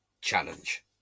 challenge